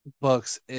Books